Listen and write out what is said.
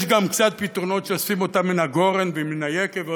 יש גם קצת פתרונות שאוספים אותם מן הגורן ומן היקב,